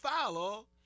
follow